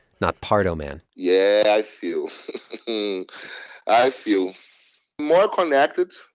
not pardo man yeah, i feel i feel more connected.